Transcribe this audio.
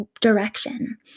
direction